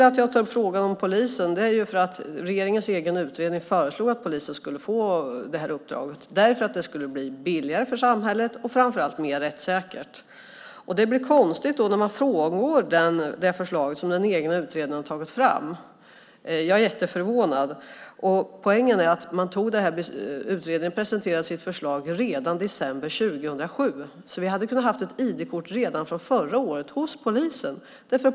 Att jag tar upp frågan om polisen beror ju på att regeringens egen utredning föreslog att polisen skulle få det här uppdraget. Det skulle nämligen bli billigare för samhället och framför allt mer rättssäkert. Det blir konstigt när man frångår det förslag som den egna utredningen har tagit fram. Jag är jätteförvånad. Utredningen presenterade sitt förslag redan i december 2007. Vi hade alltså kunnat ha ett ID-kort redan från förra året hos polisen.